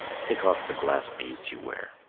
take off the glass beads you wear,